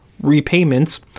repayments